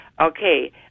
Okay